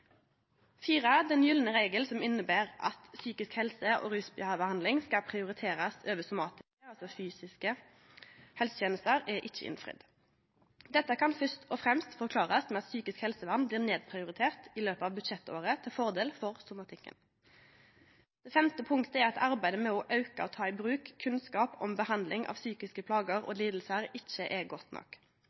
den gylne regelen, som inneber at psykisk helse og rusbehandling skal prioriterast over somatiske – altså fysiske – helsetenester, ikkje er innfridd. Dette kan fyrst og fremst forklarast med at psykisk helsevern blir nedprioritert i løpet av budsjettåret til fordel for somatikken. Det femte punktet er at arbeidet med å auke og ta i bruk kunnskapen om behandling av psykiske plager og lidingar ikkje er godt nok.